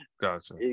Gotcha